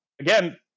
again